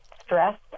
stress